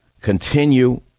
continue